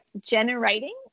generating